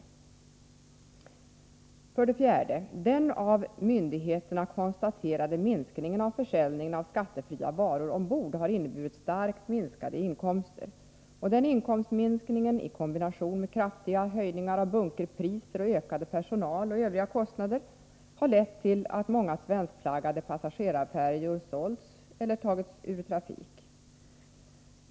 127 För det fjärde: Den av myndigheterna konstaterade minskningen av försäljningen av skattefria varor ombord har inneburit en stark minskning av inkomsterna. Denna inkomstminskning i kombination med kraftiga höjningar av bunkerpriser och ökade personalkostnader och övriga kostnader har lett till att många svenskflaggade passagerarfärjor har sålts eller tagits ur trafik.